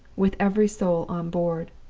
with every soul on board.